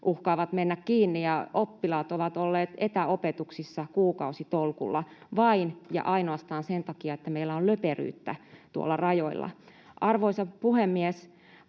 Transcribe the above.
uhkaavat mennä kiinni ja oppilaat ovat olleet etäopetuksessa kuukausitolkulla vain ja ainoastaan sen takia, että meillä on löperyyttä tuolla rajoilla. Arvoisa puhemies!